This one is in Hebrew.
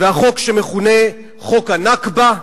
והחוק שמכונה חוק ה"נכבה",